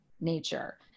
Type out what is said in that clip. nature